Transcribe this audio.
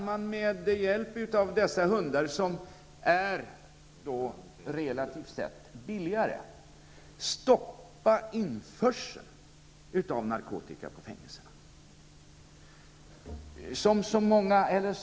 Med hjälp av dessa hundar, som relativt sett är billigare, kan man stoppa införseln av narkotika till fängelserna.